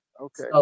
okay